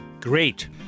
great